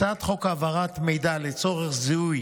הצעת חוק העברת מידע לצורך זיהוי